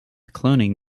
cloning